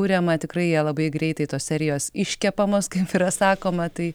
kuriama tikrai jie labai greitai tos serijos iškepamos kaip yra sakoma tai